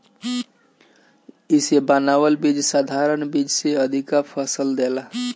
इसे बनावल बीज साधारण बीज से अधिका फसल देला